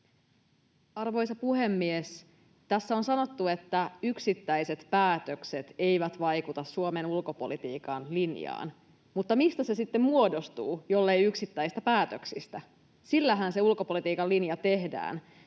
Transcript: Arvoisa puhemies! Tässä on sanottu, että yksittäiset päätökset eivät vaikuta Suomen ulkopolitiikan linjaan, mutta mistä se sitten muodostuu, jollei yksittäisistä päätöksistä? Niillähän se ulkopolitiikan linja tehdään